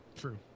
True